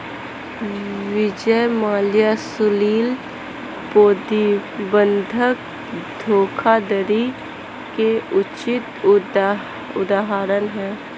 विजय माल्या सुशील मोदी बंधक धोखाधड़ी के उचित उदाहरण है